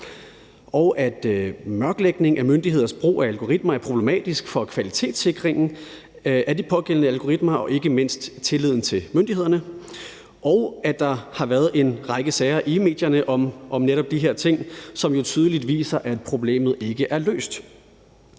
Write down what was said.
og at mørklægning af myndigheders brug af algoritmer er problematisk for kvalitetssikringen af de pågældende algoritmer og ikke mindst for tilliden til myndighederne, og at der har været en række sager i medierne om netop de her ting, hvilket jo tydeligt viser, at problemet ikke er løst.